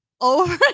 over